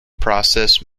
processed